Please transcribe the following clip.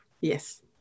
yes